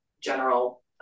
general